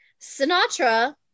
Sinatra